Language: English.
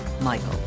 Michael